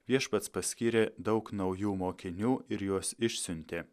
viešpats paskyrė daug naujų mokinių ir juos išsiuntė